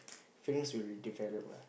feeling will develop what